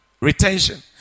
retention